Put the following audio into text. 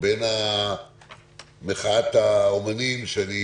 בין מחאת האומנים שאני